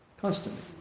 Constantly